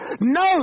No